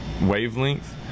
wavelength